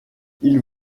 ils